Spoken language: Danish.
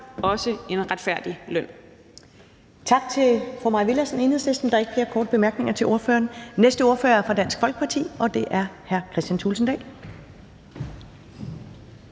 også en retfærdig løn.